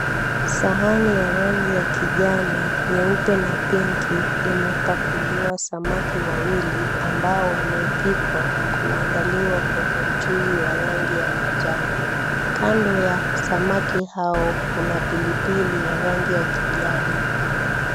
Sahani ya rangi ya kijani nyeupe na pinki imepakuliwa samaki wawili ambao wamepikwa na kuandaliwa kwenye mchuzi wa rangi ya manjano kando ya samaki hao kuna pilipili ya rangi ya kijani.